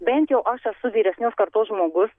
bent jau aš esu vyresnios kartos žmogus